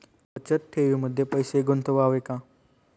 बचत ठेवीमध्ये पैसे गुंतवावे का?